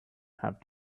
have